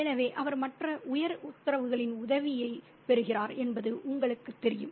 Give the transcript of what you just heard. எனவே அவர் மற்ற உயர் உத்தரவுகளின் உதவியைப் பெறுகிறார் என்பது உங்களுக்குத் தெரியும்